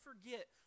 forget